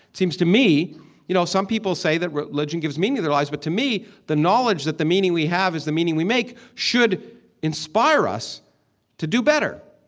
seems to me you know, some people say that religion gives meaning to their lives, but to me, the knowledge that the meaning we have is the meaning we make should inspire us to do better.